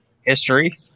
History